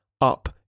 up